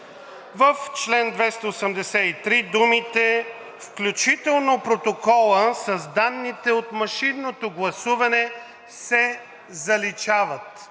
„В чл. 283 думите „включително протокола с данните от машинното гласуване“ се заличават“.